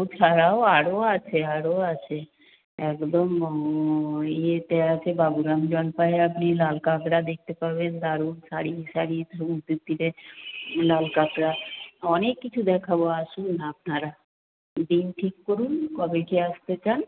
ওছাড়াও আরও আছে আরও আছে একদম ইয়েতে আছে বগুড়ান জলপাইয়ে আপনি লাল কাঁকড়া দেখতে পারবেন দারুণ সারি সারি সমুদ্রের তীরে লাল কাঁকড়া অনেক কিছু দেখাব আসুন না আপনারা দিন ঠিক করুন কবে কী আসতে চান